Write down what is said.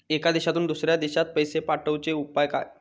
एका देशातून दुसऱ्या देशात पैसे पाठवचे उपाय काय?